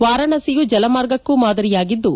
ವಾರಾಣಸಿಯು ಜಲಮಾರ್ಗಕ್ಕೂ ಮಾದರಿಯಾಗಿದ್ದು